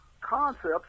concepts